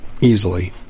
Easily